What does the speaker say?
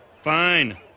Fine